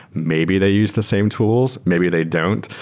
maybe they use the same tools. maybe they don't.